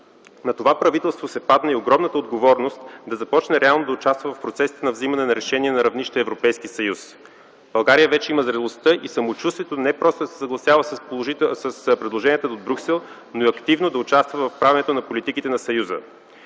на това правителство се падна и огромната отговорност да започне реално да участва в процесите на взимане на решения на равнище Европейски съюз. България вече има зрелостта и самочувствието не просто да се съгласява с предложенията от Брюксел, но и активно да участва в правенето на политиките на съюза.